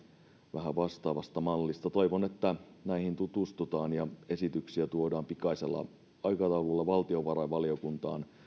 vähän vastaavasta mallista toivon että näihin tutustutaan ja esityksiä tuodaan pikaisella aikataululla valtiovarainvaliokuntaan